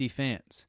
fans